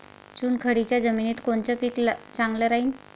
चुनखडीच्या जमिनीत कोनचं पीक चांगलं राहीन?